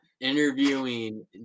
interviewing